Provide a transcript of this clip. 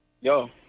Yo